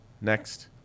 Next